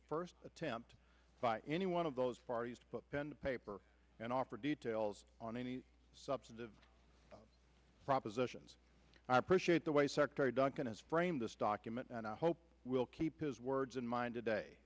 a first attempt by any one of those parties to put pen to paper and offer details on any substantive propositions and i appreciate the way secretary duncan has framed this document and i hope will keep his words in mind today